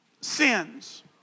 sins